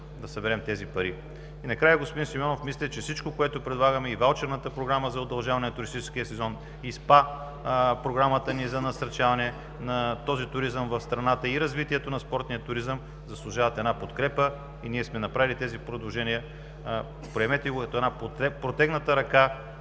да съберем тези пари. Накрая, господин Симеонов, мисля, че всичко, което предлагаме – и ваучерната програма за удължаване на туристическия сезон, и СПА програмата ни за насърчаване на този туризъм в страната, и развитието на спортния туризъм, заслужават една подкрепа, и ние сме направили тези предложения. Приемете го, като една протегната ръка